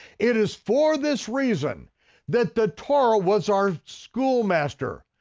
it is for this reason that the torah was our schoolmaster,